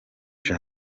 com